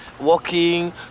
walking